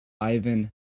Ivan